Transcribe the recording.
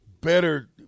better